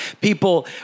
people